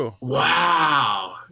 wow